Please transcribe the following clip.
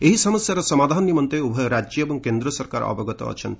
ଏହି ସମସ୍ୟାର ସମାଧାନ ନିମନ୍ତେ ଉଭୟ ରାଜ୍ୟ ଏବଂ କେନ୍ଦ୍ର ସରକାର ଅବଗତ ଅଛନ୍ତି